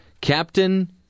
Captain